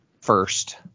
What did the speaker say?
First